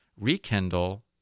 rekindle